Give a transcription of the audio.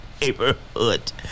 neighborhood